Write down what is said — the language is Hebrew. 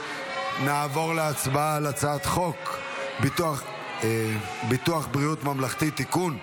נעבור להצבעה על הצעת חוק ביטוח בריאות ממלכתי (תיקון,